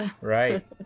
right